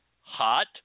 Hot